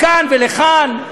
לכאן ולכאן,